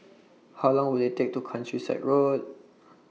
How Long Will IT Take to Countryside Road